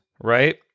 right